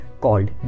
called